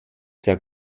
der